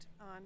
on